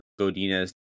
Godinez